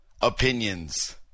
opinions